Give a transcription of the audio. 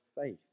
faith